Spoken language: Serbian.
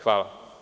Hvala.